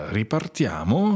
ripartiamo